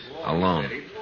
Alone